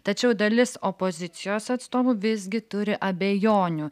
tačiau dalis opozicijos atstovų visgi turi abejonių